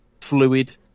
fluid